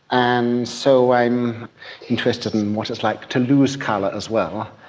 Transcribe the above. and so i'm interested in what it's like to lose colour as well.